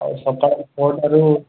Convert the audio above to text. ଆଉ ସକାଳ ଛଅଟାରୁ